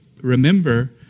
Remember